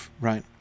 right